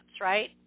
right